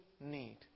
need